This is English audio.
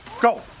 Go